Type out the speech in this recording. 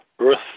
Earth